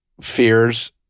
fears